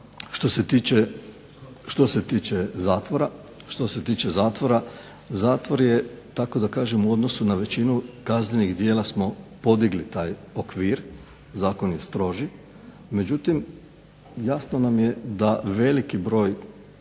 što se tiče zatvora, zatvor je tako da kažem u odnosu na većinu kaznenih djela smo podigli taj okvir. Zakon je stroži. Međutim, jasno nam je da veliki broj